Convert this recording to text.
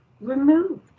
removed